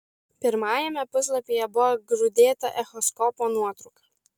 pirmajame puslapyje buvo grūdėta echoskopo nuotrauka